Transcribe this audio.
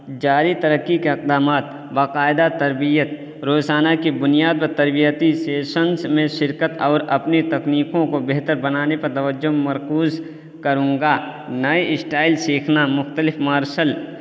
جاری ترقی کے اقدامات باقاعدہ تربیت روزانہ کی بنیاد پر تربیتی سیشنس میں شرکت اور اپنی تکنیکوں کو بہتر بنانے پر توجہ مرکوز کروں گا نئے اسٹائل سیکھنا مختلف مارشل